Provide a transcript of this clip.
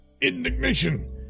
indignation